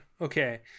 Okay